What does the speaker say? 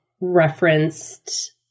referenced